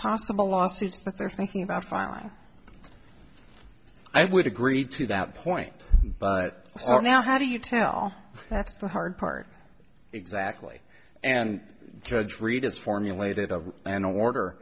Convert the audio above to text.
possible lawsuits that they're thinking about filing i would agree to that point but for now how do you tell that's the hard part exactly and judge read is formulated of an order